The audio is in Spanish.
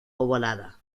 ovalada